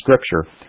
scripture